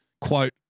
quote